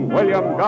William